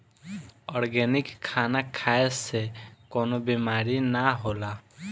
organic खाना खाए से कवनो बीमारी ना होला